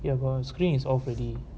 ya but my screen is off already